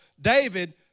David